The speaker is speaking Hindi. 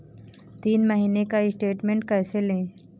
तीन महीने का स्टेटमेंट कैसे लें?